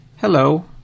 hello